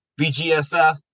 BGSF